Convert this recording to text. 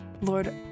Lord